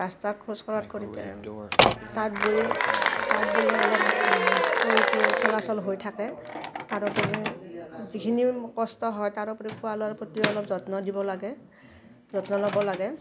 ৰাস্তাত খোজ কঢ়াত কৰি তাঁত বৈ তাঁত বোলে অলপ শৰীৰটো চলাচল হৈ থাকে তাৰোপৰি যিখিনি কষ্ট হয় তাৰোপৰি খোৱা লোৱাৰ প্ৰতি অলপ যত্ন দিব লাগে যত্ন ল'ব লাগে